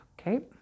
Okay